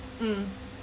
mm